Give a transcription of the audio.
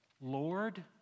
Lord